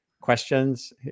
questions